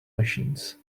machines